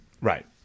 Right